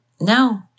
no